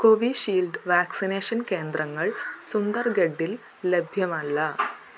Covishield vaccination കേന്ദ്രങ്ങൾ സുന്ദർഗഡിൽ ലഭ്യമല്ല